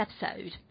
episode